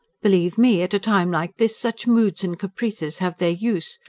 believe me, at a time like this such moods and caprices have their use.